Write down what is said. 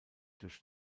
durch